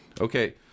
okay